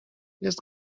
jest